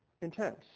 intense